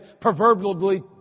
proverbially